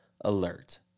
alert